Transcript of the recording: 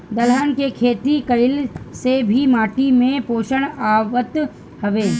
दलहन के खेती कईला से भी माटी में पोषण आवत हवे